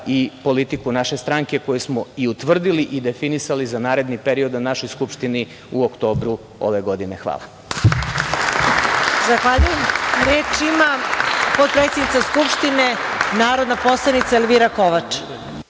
i politiku naše stranke koju smo i utvrdili i definisali za naredni period na našoj Skupštini u oktobru ove godine. Hvala. **Marija Jevđić** Zahvaljujem. Reč ima potpredsednica Skupštine narodna poslanica Elvira Kovač.